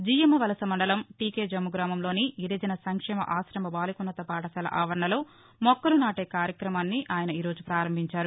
జియ్యమ్మ వలస మండలం టీకెజమ్ము గ్రామంలోని గిరిజన సంక్షేమ ఆశ్రమ బాలికోన్నత పాఠశాల ఆవరణలో మొక్కలు నాటే కార్యక్రమాన్ని ఆయన ఈరోజు పారంభించారు